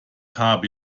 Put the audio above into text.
habe